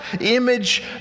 image